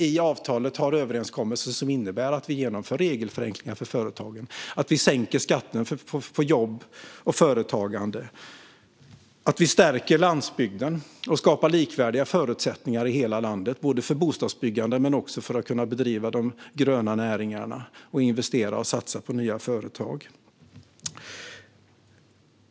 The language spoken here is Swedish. I avtalet har vi överenskommelser som innebär att vi genomför regelförenklingar för företagen, att vi sänker skatten på jobb och företagande, att vi stärker landsbygden och skapar likvärdiga förutsättningar i hela landet för bostadsbyggande och för att bedriva de gröna näringarna, investera och satsa på nya företag.